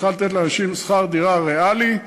צריכה לתת לאנשים שכר דירה ריאלי,